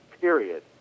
Period